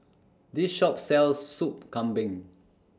This Shop sells Soup Kambing